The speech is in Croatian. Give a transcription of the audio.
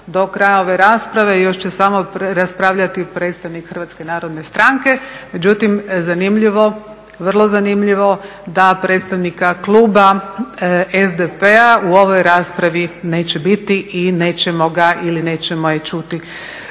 do kraja ove rasprave još će samo raspravljati predstavnik HNB-a, međutim zanimljivo, vrlo zanimljivo da predstavnika kluba SDP-a u ovoj raspravi neće biti i nećemo ga ili nećemo je čuti